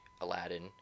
Aladdin